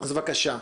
בבקשה.